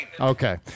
Okay